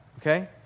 okay